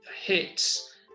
hits